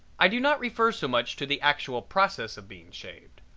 i do not refer so much to the actual process of being shaved.